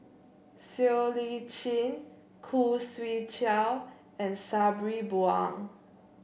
Siow Lee Chin Khoo Swee Chiow and Sabri Buang